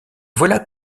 voilà